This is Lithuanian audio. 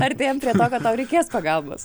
artėjam prie to kad tau reikės pagalbos